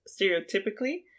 stereotypically